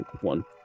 one